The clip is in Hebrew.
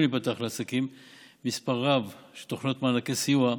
להיפתח לעסקים מספר רב של תוכניות מענקי סיוע,